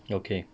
okay